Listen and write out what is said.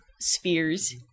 spheres